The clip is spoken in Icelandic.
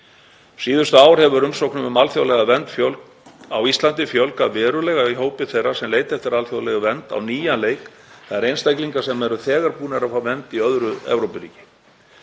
Síðustu ár hefur umsóknum um alþjóðlega vernd á Íslandi fjölgað verulega í hópi þeirra sem leita eftir alþjóðlegri vernd á nýjan leik, þ.e. einstaklingar sem eru þegar búnir að fá vernd í öðru Evrópuríki.